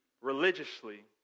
religiously